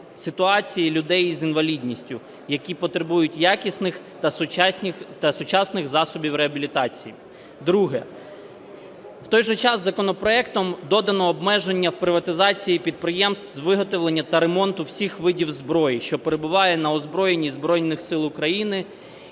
ситуації людей з інвалідністю, які потребують якісних та сучасних засобів реабілітації. Друге. У той же час законопроектом додане обмеження в приватизації підприємств з виготовлення та ремонту всіх видів зброї, що перебуває на озброєнні Збройних Сил України,